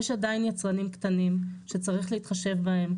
יש עדיין יצרנים קטנים שצריך להתחשב בהם,